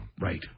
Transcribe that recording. Right